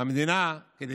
המדינה כדי